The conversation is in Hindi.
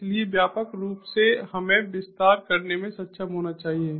इसलिए व्यापक रूप से हमें विस्तार करने में सक्षम होना चाहिए